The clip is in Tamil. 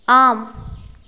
ஆம்